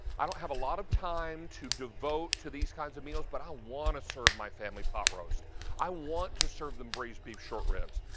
i don't have a lot of time to devote to these kinds of meals but i want to serve my family pot roast and want to serve them braised beef short ribs.